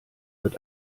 wird